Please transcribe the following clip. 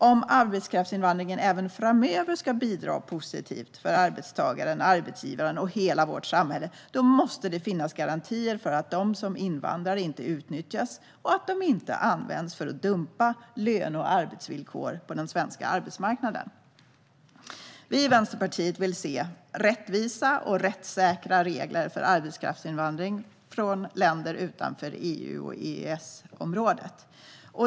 Om arbetskraftsinvandringen även framöver ska bidra positivt för arbetstagaren, arbetsgivaren och hela vårt samhälle måste det finnas garantier för att de som invandrar inte utnyttjas och att de inte används för att dumpa löne och arbetsvillkor på den svenska arbetsmarknaden. Vi i Vänsterpartiet vill se rättvisa och rättssäkra regler för arbetskraftsinvandring från länder utanför EU och EES-området.